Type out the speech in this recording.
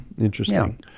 interesting